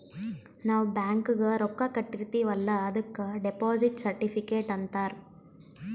ನಾವ್ ಬ್ಯಾಂಕ್ಗ ರೊಕ್ಕಾ ಕಟ್ಟಿರ್ತಿವಿ ಅಲ್ಲ ಅದುಕ್ ಡೆಪೋಸಿಟ್ ಸರ್ಟಿಫಿಕೇಟ್ ಅಂತಾರ್